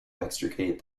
extricate